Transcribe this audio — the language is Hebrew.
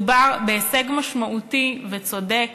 מדובר בהישג משמעותי וצודק,